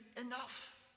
enough